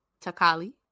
Takali